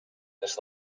this